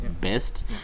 best